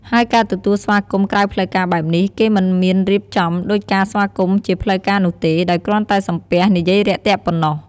ហើយការទទួលស្វាគមន៍ក្រៅផ្លូវការបែបនេះ គេមិនមានរៀបចំដូចការស្វាគមន៍ជាផ្លូវការនោះទេ ដោយគ្រាន់តែសំពះ និយាយរាក់ទាក់ប៉ុណ្ណោះ។